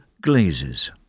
glazes